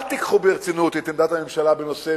אל תיקחו ברצינות את עמדת הממשלה בנושא